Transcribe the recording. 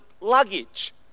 luggage